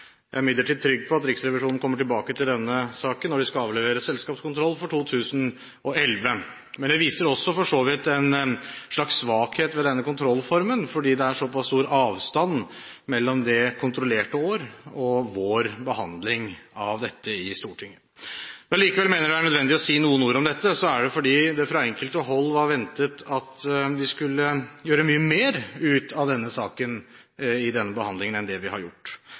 Jeg er imidlertid trygg på at Riksrevisjonen kommer tilbake til denne saken når de skal avlevere selskapskontroll for 2011. Men det viser for så vidt også en slags svakhet ved denne kontrollformen, for det er så pass stor avstand mellom det kontrollerte år og vår behandling i Stortinget. Når jeg likevel mener det er nødvendig å si noen ord om dette, er det fordi det fra enkelte hold var ventet at vi skulle gjøre mye mer ut av saken i denne behandlingen enn det vi har gjort.